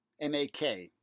M-A-K